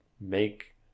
make